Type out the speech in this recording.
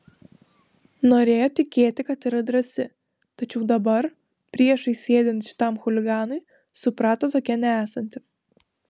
norėjo tikėti kad yra drąsi tačiau dabar priešais sėdint šitam chuliganui suprato tokia nesanti